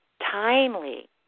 timely